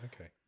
Okay